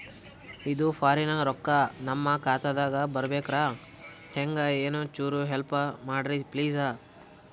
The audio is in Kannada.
ಇದು ಫಾರಿನ ರೊಕ್ಕ ನಮ್ಮ ಖಾತಾ ದಾಗ ಬರಬೆಕ್ರ, ಹೆಂಗ ಏನು ಚುರು ಹೆಲ್ಪ ಮಾಡ್ರಿ ಪ್ಲಿಸ?